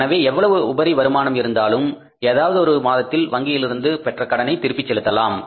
எனவே எவ்வளவு உபரி வருமானம் இருந்தாலும் ஏதாவது ஒரு மாதத்தில் வங்கியிலிருந்து பெற்ற கடனை திருப்பிச் செலுத்தலாம்